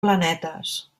planetes